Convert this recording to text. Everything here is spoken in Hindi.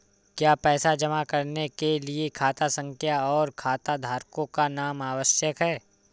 क्या पैसा जमा करने के लिए खाता संख्या और खाताधारकों का नाम आवश्यक है?